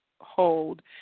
hold